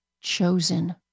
chosen